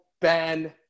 Ben